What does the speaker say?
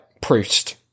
Proust